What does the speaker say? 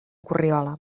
corriola